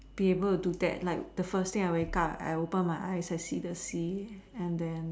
be able to do that like the first thing I wake up I open my eyes I see the sea and then